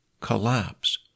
collapse